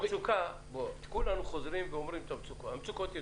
המצוקות ידועות.